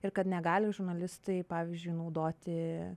ir kad negali žurnalistai pavyzdžiui naudoti